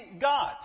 God